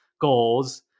goals